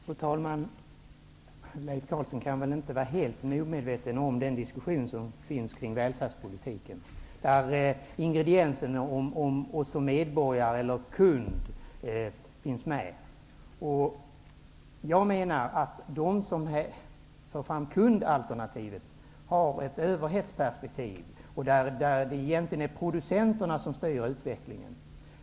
Fru talman! Leif Carlson kan inte vara helt omedveten om den diskussion som förs om välfärdspolitiken och där frågan om man skall vara medborgare eller kund finns med. Jag menar att de som för fram kundalternativet har ett överhetsperspektiv där det egentligen är producenterna som styr utvecklingen.